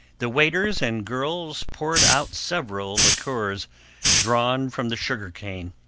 the waiters and girls poured out several liqueurs drawn from the sugar-cane.